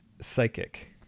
Psychic